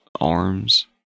ARMS